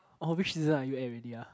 orh which season are you at already ah